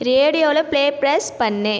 ரேடியோவில் play press பண்ணு